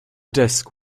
desk